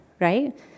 Right